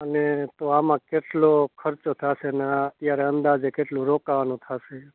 અને તો આમાં કેટલો ખર્ચો થશેને આ અત્યારે અંદાજે કેટલું રોકાવાનુ થશે